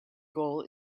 goal